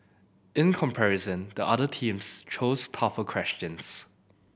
in comparison the other teams chose tougher questions